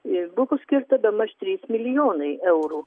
buvo skirta bemaž trys milijonai eurų